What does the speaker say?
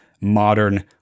modern